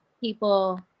people